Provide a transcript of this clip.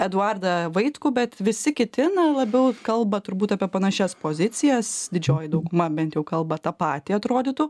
eduardą vaitkų bet visi kiti na labiau kalba turbūt apie panašias pozicijas didžioji dauguma bent jau kalba tą patį atrodytų